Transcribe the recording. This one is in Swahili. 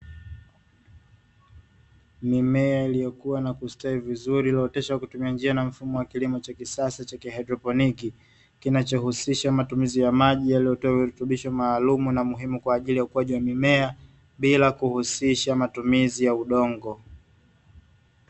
Mimea ilikua na kustawi vizuri, iliooteshwa kwa kutumia njia na mfumo wa kilimo cha kisasa cha kihaidroponiki, kinachohusisha matumizi ya maji yaliyo tiwa virutubisho maalumu na muhimu kwa ajili ya ukuaji wa mimea, bila kuhusisha matumizi ya udongo.